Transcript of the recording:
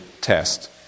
test